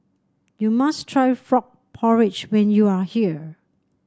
you must try Frog Porridge when you are here